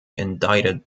indicted